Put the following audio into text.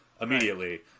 immediately